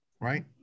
right